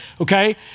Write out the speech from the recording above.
Okay